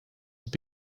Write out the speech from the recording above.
have